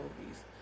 movies